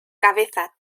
cabeza